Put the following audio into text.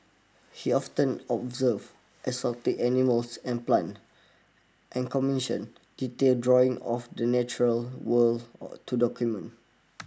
he often observe exotic animals and plant and commission detailed drawings of the natural world to document